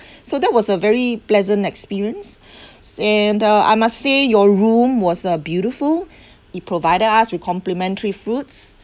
so that was a very pleasant experience and uh I must say your room was a beautiful it provided us with complimentary fruits